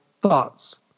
Thoughts